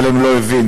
אבל הם לא הבינו